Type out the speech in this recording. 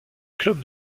club